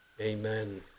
Amen